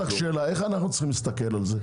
איך אנחנו צריכים להסתכל על זה?